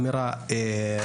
זו אמירה --- מה?